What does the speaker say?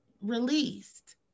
released